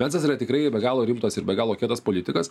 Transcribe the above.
vensas yra tikrai be galo rimtas ir be galo kietas politikas